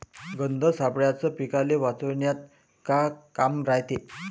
गंध सापळ्याचं पीकाले वाचवन्यात का काम रायते?